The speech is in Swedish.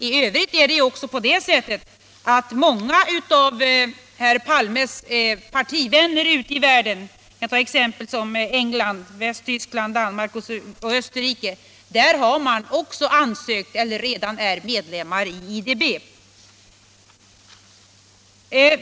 I övrigt har också många av herr Palmes partivänner ute i världen, i t.ex. England, Västtyskland, Danmark och Österrike, ansökt om att få bli eller är redan medlemmar i IDB.